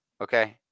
Okay